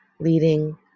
leading